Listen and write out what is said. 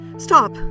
Stop